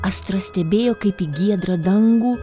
astra stebėjo kaip į giedrą dangų